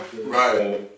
Right